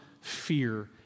fear